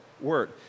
word